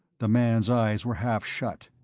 the man's eyes were half-shut.